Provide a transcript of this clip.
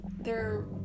they're-